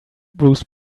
bruce